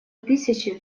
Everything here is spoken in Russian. тысячи